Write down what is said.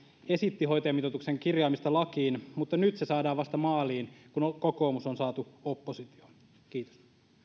esitti hoitajamitoituksen kirjaamista lakiin mutta nyt se saadaan vasta maaliin kun kokoomus on saatu oppositioon kiitos